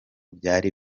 byari